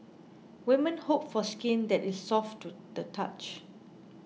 women hope for skin that is soft to the touch